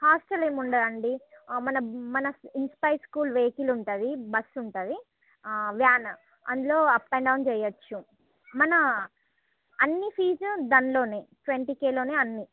hostel ఏం ఉండదు అండి మన ఇన్స్పైర్ స్కూలు వెహికల్ ఉంటుంది బస్సు ఉంటుంది వ్యాన్ అందులో అప్ అండ్ డౌన్ చేయచ్చు మన అన్ని ఫీజు దానిలోనే ట్వెంటీ కేలోనే అన్నీ